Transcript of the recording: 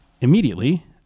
Immediately